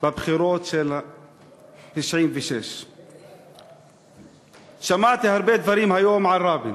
בבחירות של 1996. שמעתי הרבה דברים היום על רבין.